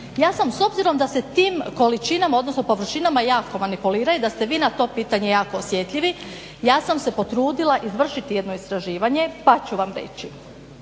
ja sam s obzirom da se tim količinama odnosno površinama jako manipulira i da ste vi na to pitanje jako osjetljivi, ja sam se potrudila izvršiti jedno istraživanje pa ću vam reći